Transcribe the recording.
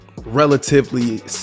relatively